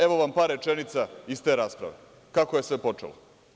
Evo vam par rečenica iz te rasprave, kako je sve počelo.